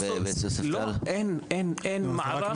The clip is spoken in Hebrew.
לא, אין, אין מערך.